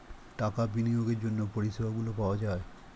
টাকা বিনিয়োগের জন্য পরিষেবাগুলো পাওয়া যায়